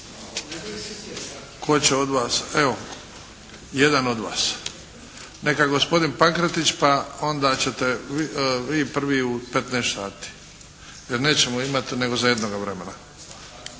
Tko će od vas? Evo, jedan od vas. Neka gospodin Pankretić pa onda ćete vi prvi u 15,00 sati. Jer nećemo imati nego za jednoga vremena.